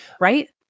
Right